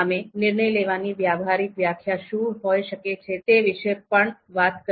અમે નિર્ણય લેવાની વ્યવહારિક વ્યાખ્યા શું હોઈ શકે તે વિશે પણ વાત કરી